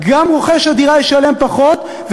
גם רוכש הדירה ישלם פחות,